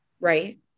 right